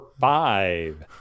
five